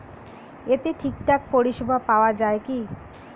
এতে ঠিকঠাক পরিষেবা পাওয়া য়ায় কি?